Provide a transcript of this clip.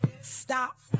stop